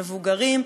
מבוגרים.